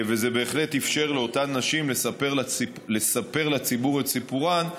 זה בהחלט אפשר לאותן נשים לספר לציבור את סיפורן,